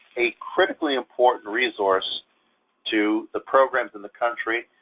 a critically important resource to the programs in the country.